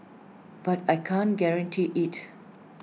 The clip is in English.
but I can't guarantee IT